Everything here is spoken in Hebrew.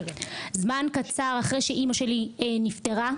זמן קצר אחרי שאמא שלי נפטרה.